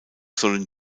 sollen